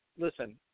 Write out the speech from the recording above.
Listen